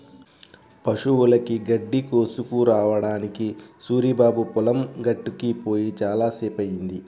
పశువులకి గడ్డి కోసుకురావడానికి సూరిబాబు పొలం గట్టుకి పొయ్యి చాలా సేపయ్యింది